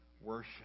worship